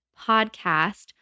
podcast